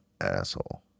asshole